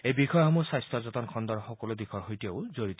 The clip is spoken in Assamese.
এই বিষয়সমূহ স্বাস্থ্যতন খণ্ডৰ সকলো দিশৰ সৈতেও জড়িত